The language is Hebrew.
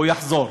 הוא יחזור,